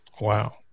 wow